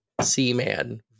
Seaman